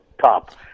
top